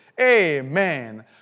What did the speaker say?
Amen